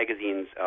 Magazine's